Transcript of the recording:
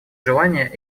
желания